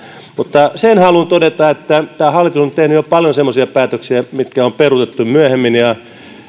mutta sen haluan todeta että tämä hallitus on tehnyt jo paljon semmoisia päätöksiä jotka on peruutettu myöhemmin ja joita